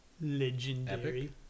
legendary